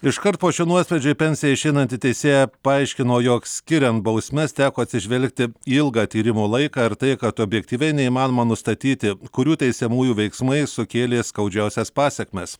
iškart po šio nuosprendžio į pensiją išeinanti teisėja paaiškino jog skirian bausmes teko atsižvelgti į ilgą tyrimo laiką ir tai kad objektyviai neįmanoma nustatyti kurių teisiamųjų veiksmai sukėlė skaudžiausias pasekmes